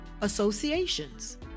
associations